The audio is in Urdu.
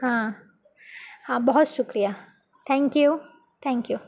ہاں ہاں بہت شکریہ تھینک یو تھینک یو